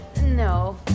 No